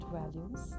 values